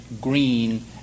green